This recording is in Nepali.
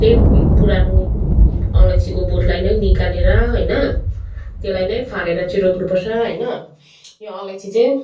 त्यही पुरानो अलैँचीको बोटलाई नै निकालेर होइन त्यसलाई नै फारेर चाहिँ रोप्नुपर्छ होइन यो अलैँची चाहिँ